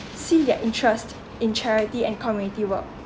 see their interest in charity and community work